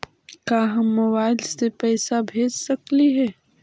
का हम मोबाईल से पैसा भेज सकली हे?